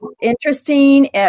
interesting